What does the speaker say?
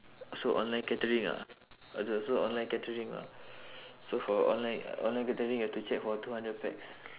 so online catering ah so so online catering lah so for online online catering you have to check for two hundred pax